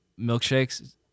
milkshakes